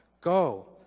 go